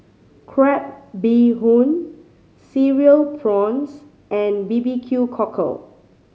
crab bee hoon Cereal Prawns and B B Q Cockle